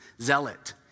zealot